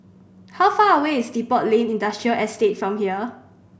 how far away is Depot Lane Industrial Estate from here